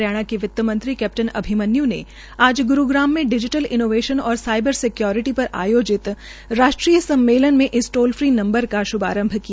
हरियाणा के वित मंत्री कैप्टन अभिमन्य् ने आज ग्रुग्राम में डिजिटल इनाव्रेशन और सायबर सिक्यारिटी पर आयाजित राष्ट्रीय सम्मेलन में इस टाल फ्री नंबर का श्भांरभ किया